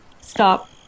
Stop